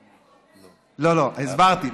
לא, לא, הסברתי.